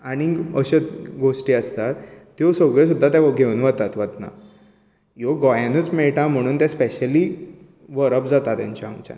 आनीक अश्यो गोश्टी आसतात त्यो सगल्यो सुद्दां ते घेवन वतात वतना ह्यो गोंयानूच मेळटात म्हूण ते स्पेशली व्हरप जाता तेंचे हांगच्यान